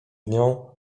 nią